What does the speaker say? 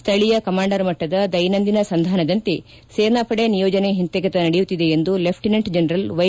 ಸ್ವೀಯ ಕಮಾಂಡರ್ ಮಟ್ಟದ ದೈನಂದಿನ ಸಂಧಾನದಂತೆ ಸೇನಾಪಡೆ ನಿಯೋಜನೆ ಹಿಂತೆಗೆತ ನಡೆಯುತ್ತಿದೆ ಎಂದು ಲೆಫ್ಟಿನೆಂಟ್ ಜನರಲ್ ವ್ಲೆ